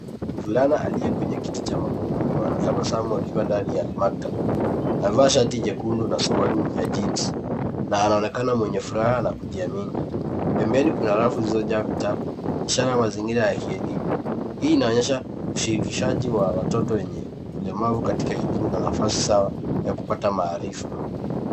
Mvulana aliye kwenye kiti cha magurudumu anatabasamu akiwa ndani ya maktaba. Amevaa shati nyekundu na suruali la jeans na anaonekana mwenye furaha na kujiamini. Pembeni kuna rafu zilizojaa vitabu ishara ya mazingira ya kielimu. Hii inaonyesha ushirikishaji wa watoto wenye ulemavu katika elimu na nafasi sawa ya kupata maarifa.